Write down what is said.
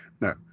No